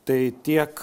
tai tiek